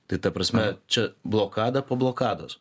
tai ta prasme čia blokada po blokados